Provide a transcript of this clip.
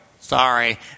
Sorry